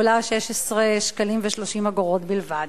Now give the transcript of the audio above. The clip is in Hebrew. עולה 16 שקלים ו-30 אגורות בלבד.